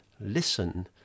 listen